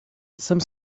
some